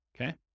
okay